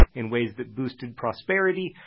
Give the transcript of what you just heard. in ways that boosted prosperity,